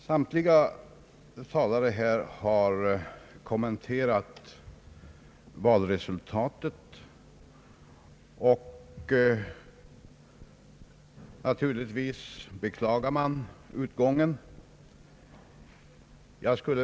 Samtliga talare har här kommenterat valresultatet och naturligtvis beklagat utgången.